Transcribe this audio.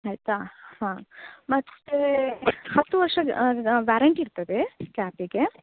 ಆಯಿತಾ ಹಾಂ ಮತ್ತು ಹತ್ತು ವರ್ಷ ವ್ಯಾರೆಂಟಿ ಇರ್ತದೆ ಕ್ಯಾಪಿಗೆ